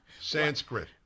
Sanskrit